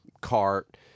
Cart